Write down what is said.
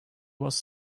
was